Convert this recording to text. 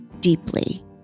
deeply